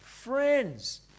Friends